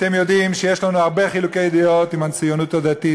אתם יודעים שיש לנו הרבה חילוקי דעות עם הציונות הדתית,